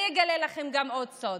אני אגלה לכם עוד סוד: